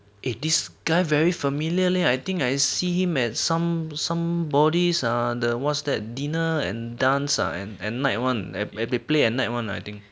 eh this guy very familiar leh I think I see him at some somebody's ah what's that dinner and dance ah and night one and they play at night one I think